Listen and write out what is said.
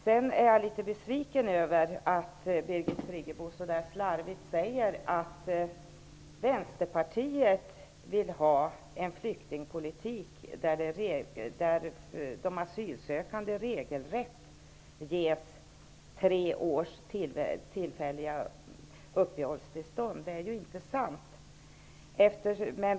Jag är litet besviken över att Birgit Friggebo slarvigt säger att Vänsterpartiet vill ha en flyktingpolitik där de asylsökande regelmässigt ges tillfälliga uppehållstillstånd på tre år. Det är inte sant.